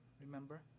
Remember